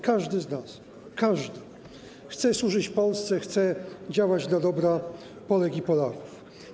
Każdy z nas chce służyć Polsce, chce działać dla dobra Polek i Polaków.